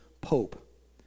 pope